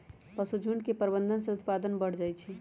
पशुझुण्ड के प्रबंधन से उत्पादन बढ़ जाइ छइ